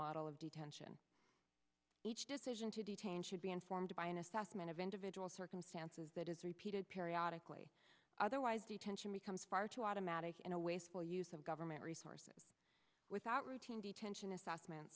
model of detention each decision to detain should be informed by an assessment of individual circumstances that is repeated periodically otherwise detention becomes far too automatic and a wasteful use of government resources without routine detention assessment